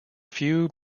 few